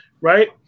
right